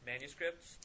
Manuscripts